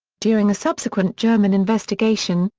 during a subsequent german investigation,